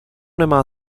nemá